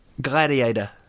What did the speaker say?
gladiator